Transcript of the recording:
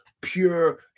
pure